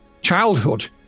childhood